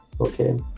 okay